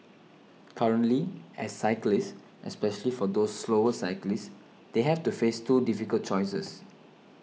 currently as cyclists especially for those slower cyclists they have to face two difficult choices